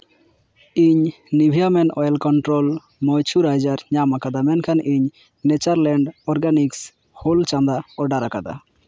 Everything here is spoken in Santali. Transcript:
ᱤᱧ Nivea men oil control moisturiser ᱧᱟᱢ ᱟᱠᱟᱫᱟ ᱢᱮᱱᱠᱷᱟᱱ ᱤᱧ ᱱᱮᱪᱟᱨᱞᱮᱱᱰ ᱚᱨᱜᱟᱱᱤᱠᱥ ᱦᱳᱞ ᱪᱟᱸᱫᱟ ᱚᱰᱟᱨ ᱟᱠᱟᱫᱟ